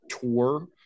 tour